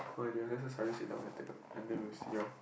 no I didn't this is salary sheet oh I take and they will see your